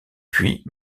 puis